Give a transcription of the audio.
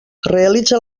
realitza